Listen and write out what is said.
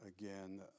again